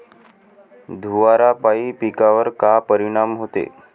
धुवारापाई पिकावर का परीनाम होते?